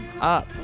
up